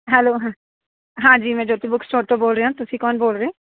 hello ਹਾਂਜੀ ਮੈਂ Jyoti book store ਤੋਂ ਬੋਲ ਰਿਹਾ ਤੁਸੀਂ ਕੌਣ ਬੋਲ ਰਹੇ